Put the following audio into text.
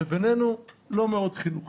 ובינינו, לא מאוד חינוכי.